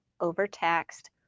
overtaxed